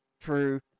True